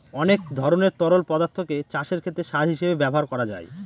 অনেক ধরনের তরল পদার্থকে চাষের ক্ষেতে সার হিসেবে ব্যবহার করা যায়